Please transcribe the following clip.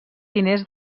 diners